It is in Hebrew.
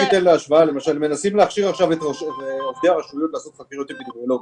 מנסים להכשיר עכשיו --- לעשות חקירות אפידמיולוגיות.